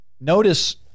Notice